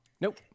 Nope